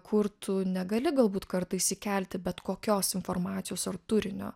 kur tu negali galbūt kartais įkelti bet kokios informacijos ar turinio